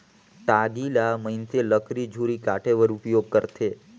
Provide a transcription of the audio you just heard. टागी ल मइनसे लकरी झूरी काटे बर उपियोग करथे